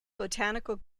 botanical